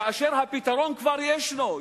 כאשר הפתרון ישנו.